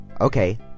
Okay